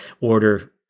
order